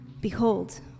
Behold